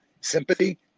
sympathy